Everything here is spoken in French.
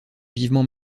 vivement